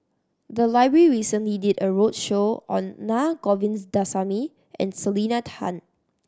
the library recently did a roadshow on Naa Govindasamy and Selena Tan